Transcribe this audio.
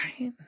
Right